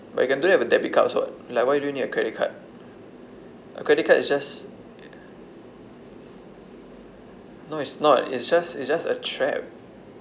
but you can do that with a debit card also [what] like why do you need a credit card a credit card is just no it's not it's just it's just a trap